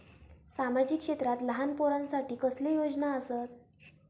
सामाजिक क्षेत्रांत लहान पोरानसाठी कसले योजना आसत?